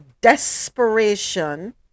desperation